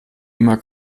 immer